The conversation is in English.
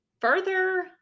further